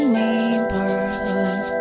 neighborhood